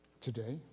today